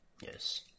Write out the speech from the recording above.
Yes